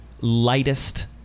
lightest